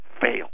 fail